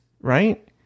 right